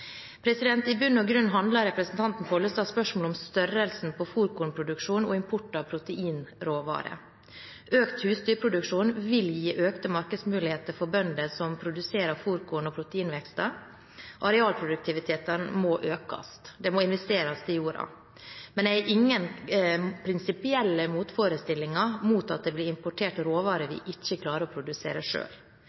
I bunn og grunn handler representanten Pollestads spørsmål om størrelsen på fôrkornproduksjonen og import av proteinråvarer. Økt husdyrproduksjon vil gi økte markedsmuligheter for bønder som produserer fôrkorn og proteinvekster. Arealproduktiviteten må økes. Det må investeres i jorda. Men jeg har ingen prinsipielle motforestillinger mot at det blir importert råvarer vi ikke klarer å produsere